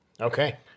Okay